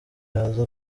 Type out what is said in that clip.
yaza